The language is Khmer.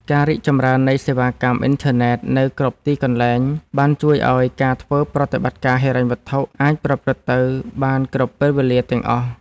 ការរីកចម្រើននៃសេវាកម្មអ៊ីនធឺណិតនៅគ្រប់ទីកន្លែងបានជួយឱ្យការធ្វើប្រតិបត្តិការហិរញ្ញវត្ថុអាចប្រព្រឹត្តទៅបានគ្រប់ពេលវេលាទាំងអស់។